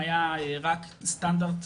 היה רק סטנדרט,